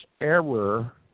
error